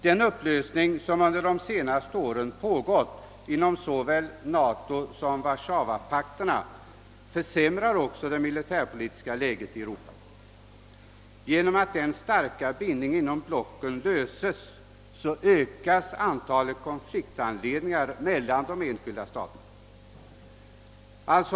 Den upplösning som pågått under de senaste åren inom såväl NATO som Warszawapaktstaterna försämrar också det militärpolitiska läget i Europa. Genom att den starka bindningen inom blocken löses ökas antalet konfliktanledningar mellan de enskilda staterna.